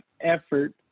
effort